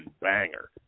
banger